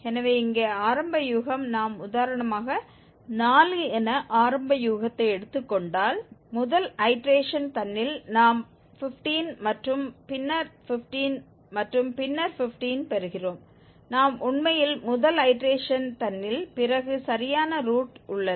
எனவே இங்கே ஆரம்ப யூகம் நாம் உதாரணமாக 4 என ஆரம்ப யூகத்தை எடுத்துக் கொண்டால் முதல் ஐடேரேஷன் தன்னில் நாம் 15 மற்றும் பின்னர் 15 மற்றும் பின்னர் 15 பெறுகிறோம் நாம் உண்மையில் முதல் ஐடேரேஷன் தன்னில் பிறகு சரியான ரூட் உள்ளன